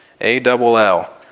A-double-L